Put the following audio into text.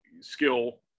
skill